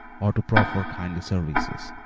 or to proffer kindly services.